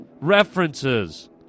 references